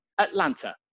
Atlanta